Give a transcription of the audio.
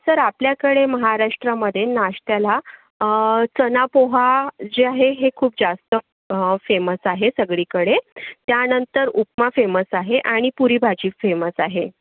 sir आपल्याकडे महाराष्ट्रामध्ये नाष्ट्याला चणा पोहा जे आहे हे खूप जास्त फेमस आहे सगळीकडे त्यानंतर उपमा फेमस आहे आणि पुरी भाजी फेमस आहे